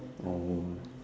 oh